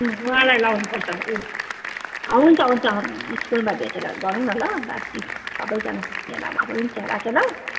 उहाँलाई लगाउनु पर्छ ह हुन्छ हुन्छ स्कुलमा भेटेर गरौँ न ल बातचित सबैजना भेला भएर हुन्छ राखे ल